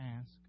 ask